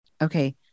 Okay